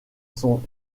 son